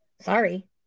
Sorry